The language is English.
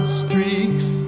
streaks